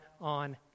on